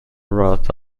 wrought